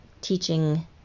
teaching